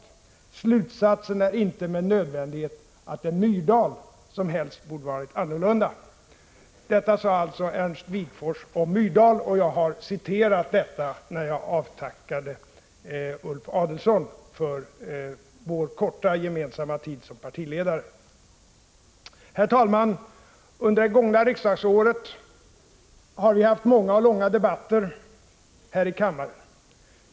Slutsatsen är inte med nödvändighet att det är Myrdal som helst borde varit annorlunda.” Detta sade alltså Ernst Wigforss om Gunnar Myrdal, och jag har citerat det när jag nu avtackat Ulf Adelsohn för vår korta gemensamma tid som partiledare. Herr talman! Under det gångna riksdagsåret har vi haft många och långa debatter här i kammaren.